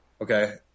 okay